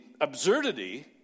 absurdity